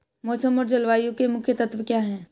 मौसम और जलवायु के मुख्य तत्व क्या हैं?